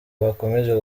bukomeje